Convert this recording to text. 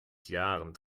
jahren